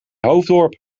hoofddorp